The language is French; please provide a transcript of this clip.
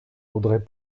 audrey